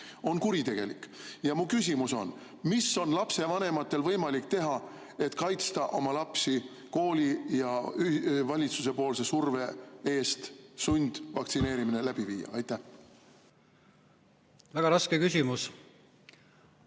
on kuritegelik. Ja mu küsimus on: mis on lapsevanematel võimalik teha, et kaitsta oma lapsi kooli ja valitsuse surve eest sundvaktsineerimine läbi viia? Väga raske küsimus.